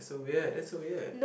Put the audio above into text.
so weird that's so weird